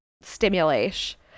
stimulation